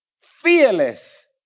fearless